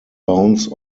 bounce